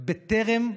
בטרם תחילתה.